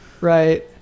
right